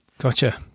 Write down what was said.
Gotcha